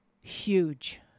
huge